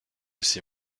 ces